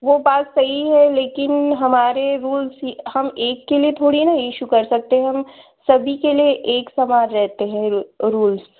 वह बात सही है लेकिन हमारे रुल्स ही हम एक के लिए थोड़ी न इशू कर सकते हैं हम सभी के लिए एक समान रहते हैं रु रूल्स